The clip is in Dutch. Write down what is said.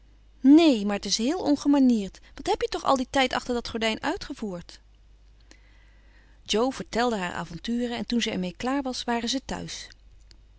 neen maar het is heel ongemanierd wat heb je toch al dien tijd achter dat gordijn uitgevoerd jo vertelde haar avonturen en toen ze er mee klaar was waren ze thuis